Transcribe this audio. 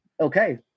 Okay